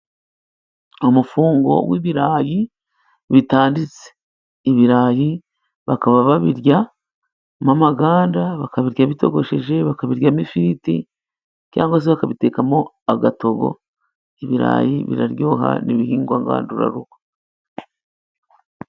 Umufungo w'ibirayi bitanditse， ibirayi bakaba babiryamo amaganda， bakabirya bitogosheje， bakabiryamo ifiriti，cyangwa se bakabitekamo agatogo， ibirayi biraryoha， ni ibihingwa ngandurarugo.